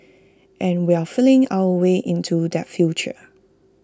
and we're feeling our way into that future